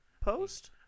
post